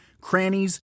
crannies